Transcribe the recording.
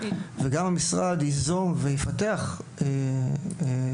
וגם המשרד ייזום ויפתח השתלמויות,